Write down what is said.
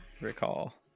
recall